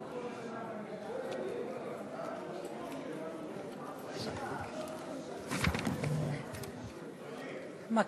מה,